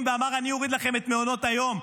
ואמר: אני אוריד לכם את מעונות היום,